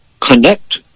connect